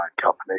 Company